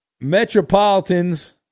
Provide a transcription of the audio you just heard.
Metropolitans